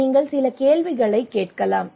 நீங்கள் சில கேள்விகளைக் கேட்கலாம்